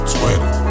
Twitter